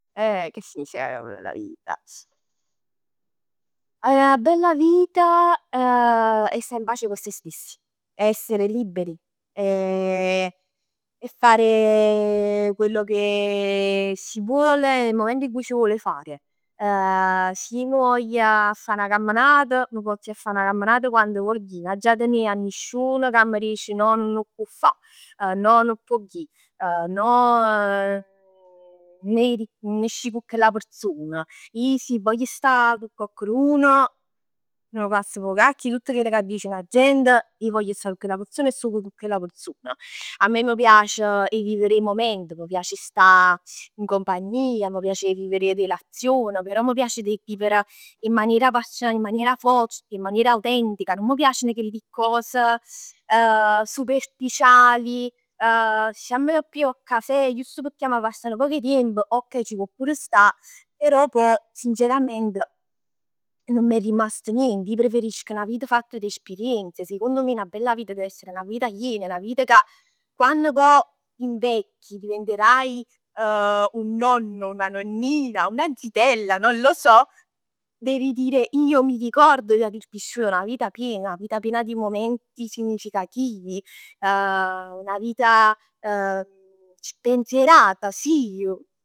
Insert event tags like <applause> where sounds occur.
Eh che significa vivere 'na bella vita. <hesitation> 'A bella vita è sta in pace cu sè stessi, essere liberi, <hesitation> è fare <hesitation> quello che <hesitation> si vuole, nel momento in cui si vuole fare. <hesitation> S' ij m' voglio fa 'na camminat, m' pozz ji 'a fa 'na camminata quann voglio ij. Nun aggia tenè a nisciun ca m' dice 'e no, nun 'o può fà, no nun può ji, no <hesitation> n- nun 'e ascì cu chella persona. Ij si vogl sta cu coccheduno a me m' passa pe 'o cacchio a tutt chell ca diceno 'a gent, ij voglio sta cu chella persona e stong cu chella persona. A me m' piace 'e vivere 'e mument, m' piace 'e sta in compagnia, mi piace 'e vivere 'e relazioni, però m' piace a d'e vivere in maniera forte, in maniera autentica, nun m' piaceno chelli cos supericiali, <hesitation> dice jamm a piglià 'o cafè sul p' passà nu poc 'e tiemp. Ok ci pò pur sta, però poj sincerament nun m'è rimast niente, ij preferisco 'na vita fatta di esperienze. Secondo me 'na bella vita deve essere 'na vita chiena, 'na vita ca quann poj invecchi, diventerai un nonno, una nonnina, una zitella, non lo so, devi dire io mi ricordo di aver vissuto una vita piena, una vita piena di momenti significativi. <hesitation> Una vita <hesitation> spensierata sì <hesitation>